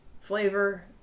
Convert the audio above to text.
flavor